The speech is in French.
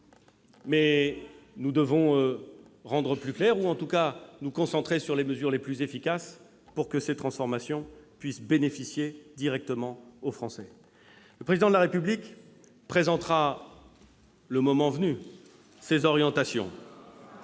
transformations plus claires, ou, en tout cas, nous concentrer sur les mesures les plus efficaces, pour qu'elles puissent bénéficier directement aux Français. Le Président de la République présentera, le moment venu, ces orientations.